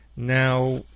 Now